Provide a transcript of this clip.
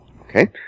Okay